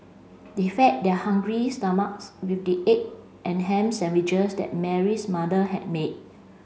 they fed their hungry stomachs with the egg and ham sandwiches that Mary's mother had made